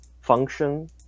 function